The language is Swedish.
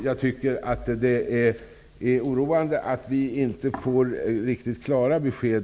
Jag tycker att det är oroande att vi inte får riktigt klara besked.